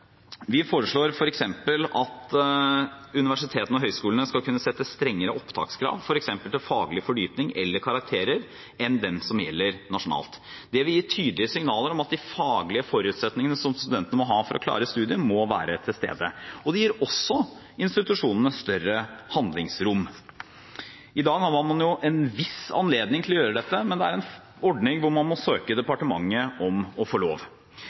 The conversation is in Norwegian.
Vi foreslår f.eks. at universitetene og høyskolene skal kunne sette strengere opptakskrav, f.eks. til faglig fordypning eller til karakterer, enn dem som gjelder nasjonalt. Det vil gi tydelige signaler om at de faglige forutsetningene som studentene må ha for å klare studiene, må være til stede, og det gir også institusjonene større handlingsrom. I dag har man en viss anledning til å gjøre dette, men det er en ordning hvor man må søke departementet om å få lov.